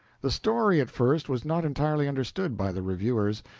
the story, at first, was not entirely understood by the reviewers.